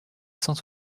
cent